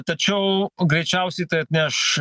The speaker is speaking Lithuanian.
tačiau greičiausiai tai atneš